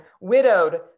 widowed